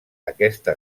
aquesta